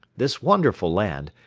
this wonderful land,